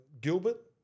Gilbert